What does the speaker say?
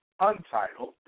Untitled